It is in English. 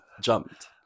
jumped